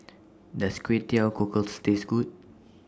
Does Kway Teow Cockles Taste Good